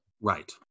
Right